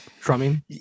drumming